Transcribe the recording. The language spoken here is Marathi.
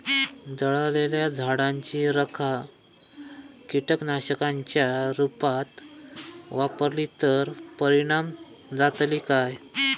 जळालेल्या झाडाची रखा कीटकनाशकांच्या रुपात वापरली तर परिणाम जातली काय?